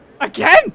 Again